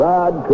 Rod